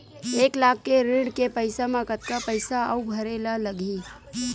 एक लाख के ऋण के पईसा म कतका पईसा आऊ भरे ला लगही?